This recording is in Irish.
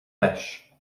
leis